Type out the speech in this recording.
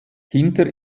hinter